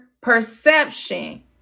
perception